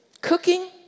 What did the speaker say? Cooking